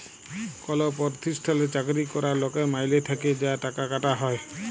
call পরতিষ্ঠালে চাকরি ক্যরা লকের মাইলে থ্যাকে যা টাকা কাটা হ্যয়